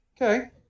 okay